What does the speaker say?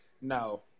no